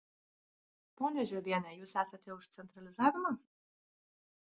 ponia žiobiene jūs esate už centralizavimą